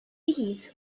these